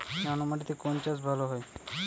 নোনা মাটিতে কোন চাষ ভালো হয়?